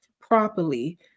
properly